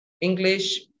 English